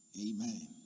Amen